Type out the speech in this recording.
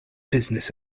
business